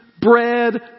bread